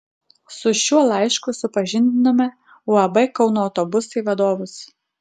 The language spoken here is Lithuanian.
su šiuo laišku supažindinome uab kauno autobusai vadovus